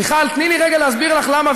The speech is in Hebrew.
מיכל, תני לי רגע להסביר לך למה.